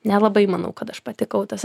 nelabai manau kad aš patikau tas